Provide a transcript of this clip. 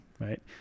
right